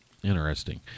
Interesting